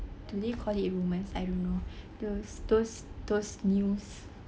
do they call it rumors I don't know those those those news